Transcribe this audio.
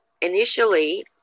Initially